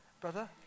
Brother